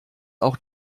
auch